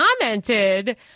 commented